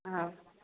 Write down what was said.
ꯑꯥ